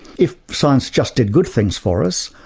if science just did good things for us,